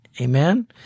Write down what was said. amen